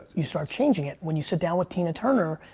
you start changing it, when you sit down with tina turner,